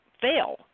fail